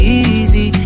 easy